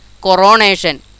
coronation